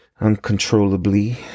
uncontrollably